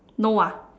no ah